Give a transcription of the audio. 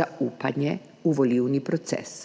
zaupanje v volilni proces.